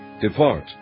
Depart